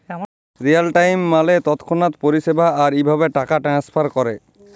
Real time মালে তৎক্ষণাৎ পরিষেবা, আর ইভাবে টাকা টেনেসফার ক্যরে